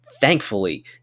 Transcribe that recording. thankfully